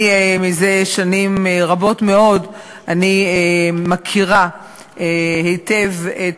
זה שנים רבות מאוד אני מכירה היטב את